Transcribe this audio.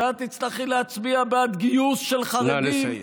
שאת תצטרכי להצביע בעד גיוס של חרדים, נא לסיים.